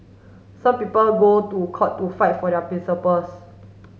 some people go to court to fight for their principles